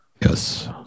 Yes